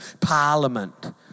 parliament